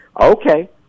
okay